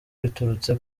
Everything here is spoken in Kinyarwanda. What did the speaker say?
biturutse